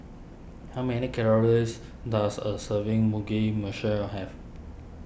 how many calories does a serving Mugi Meshi have